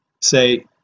say